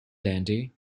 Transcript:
dandy